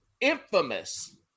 infamous